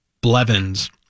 Blevins